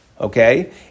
Okay